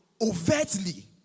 overtly